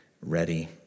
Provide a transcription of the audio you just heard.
ready